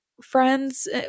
friends